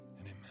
amen